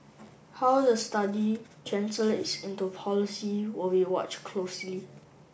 how the study translates into policy will be watched closely